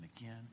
again